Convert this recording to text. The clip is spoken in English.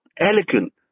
elegant